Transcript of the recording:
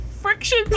friction